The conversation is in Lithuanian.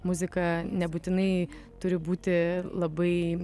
muzika nebūtinai turi būti labai